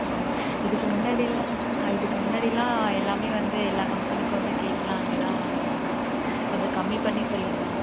சரி ஓகே இதுக்கு முன்னாடிலாம் ஆ இதுக்கு முன்னாடிலாம் எல்லாமே வந்து எல்லா ஃபங்க்ஷனுக்கும் வந்து கேட்லாம் அங்க தான் வாங்கிருந்தோம் கொஞ்சம் கம்மி பண்ணி சொல்லுங்கள்